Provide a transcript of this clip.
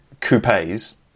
coupes